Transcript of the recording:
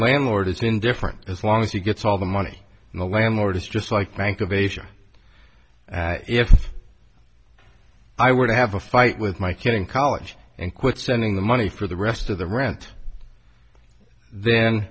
landlord is indifferent as long as he gets all the money in the landlord is just like bank of asia if i were to have a fight with my kid in college and quit sending the money for the rest of the rent then